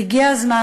והגיע הזמן,